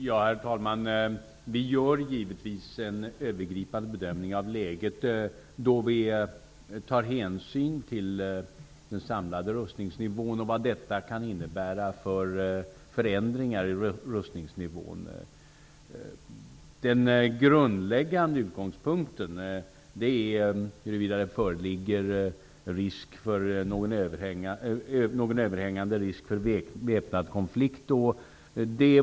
Herr talman! Vi gör givetvis en övergripande bedömning av läget, då vi tar hänsyn till den samlade rustningsnivån och vad försäljningen kan innebära för förändringar i rustningsnivån. Den grundläggande utgångspunkten är frågan huruvida det föreligger någon överhängande risk för väpnad konflikt.